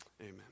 Amen